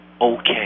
Okay